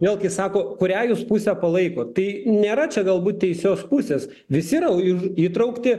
vėlgi sako kurią jūs pusę palaikot tai nėra čia galbūt teisios pusės visi yra iž įtraukti